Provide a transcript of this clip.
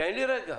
תן לי רגע,